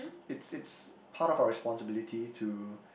it's it's part of our responsibility to